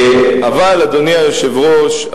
אדוני היושב-ראש,